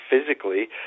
physically